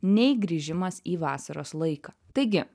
nei grįžimas į vasaros laiką taigi